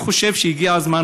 אני חושב שהגיע הזמן.